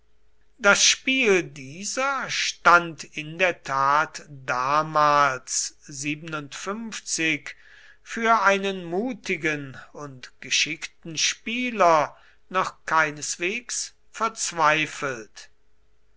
das spiel dieser stand in der tat damals für einen mutigen und geschickten spieler noch keineswegs verzweifelt